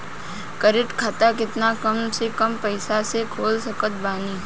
Current खाता केतना कम से कम पईसा से खोल सकत बानी?